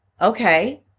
Okay